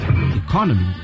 economy